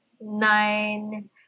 nine